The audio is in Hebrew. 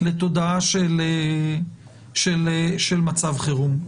לתודעה של מצב חירום.